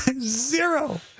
Zero